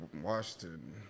Washington